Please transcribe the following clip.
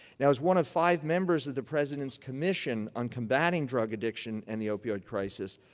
now, as one of the five members of the president's commission on combating drug addiction and the opioid crisis,